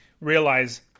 realize